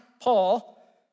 Paul